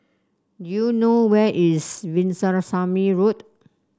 do you know where is Veerasamy Road